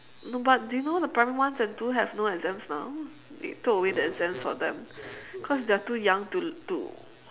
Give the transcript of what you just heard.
no but do you know the primary ones and two have no exams now they took away the exam for them cause they are too young to to